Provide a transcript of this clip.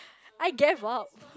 I gave up